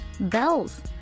bells